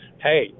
hey